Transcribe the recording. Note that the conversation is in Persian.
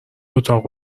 اتاق